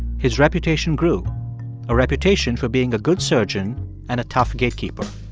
his reputation grew a reputation for being a good surgeon and a tough gatekeeper.